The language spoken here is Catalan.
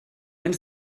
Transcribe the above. ens